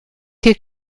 che